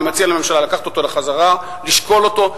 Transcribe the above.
אני מציע לממשלה לקחת אותו בחזרה ולשקול אותו.